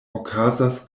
okazas